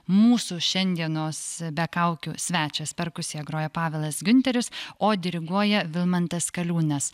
mūsų šiandienos be kaukių svečias perkusija groja pavelas giunterius o diriguoja vilmantas kaliūnas